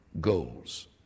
goals